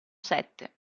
sette